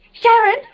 Sharon